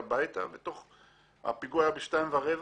הפיגוע היה ב-14:15,